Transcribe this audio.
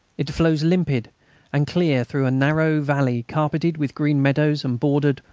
it flows limpid and clear through a narrow valley carpeted with green meadows and bordered,